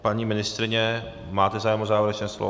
Paní ministryně, máte zájem o závěrečné slovo?